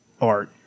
art